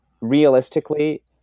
Realistically